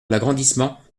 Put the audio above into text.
l’agrandissement